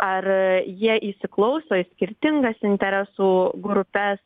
ar jie įsiklauso į skirtingas interesų grupes